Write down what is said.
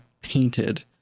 painted